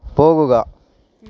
പോകുക